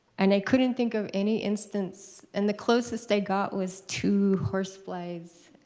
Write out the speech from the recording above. and i couldn't think of any instance. and the closest i got was two horseflies